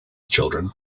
children